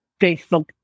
Facebook